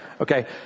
Okay